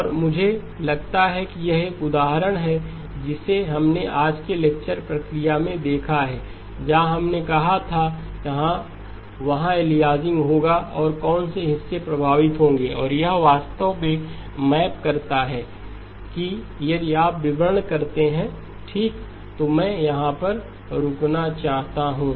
और मुझे लगता है कि यह एक उदाहरण है जिसे हमने आज के लेक्चर की प्रक्रिया में देखा है जहां हमने कहा था कि हाँ वहाँ एलियासिंग होगा और कौन से हिस्से प्रभावित होंगे और यह वास्तव में मैप करता है कि यदि आप विवरण करते हैं ठीक तो मैं यहां पर रुकना चाहता हूं